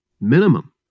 minimum